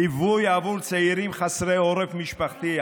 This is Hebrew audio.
ליווי עבור צעירים חסרי עורף משפחתי,